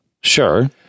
Sure